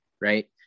right